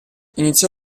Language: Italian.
iniziò